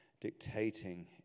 dictating